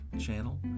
channel